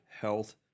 Health